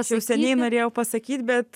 aš jau seniai norėjau pasakyt bet